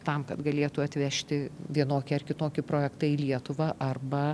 tam kad galėtų atvežti vienokį ar kitokį projektą į lietuvą arba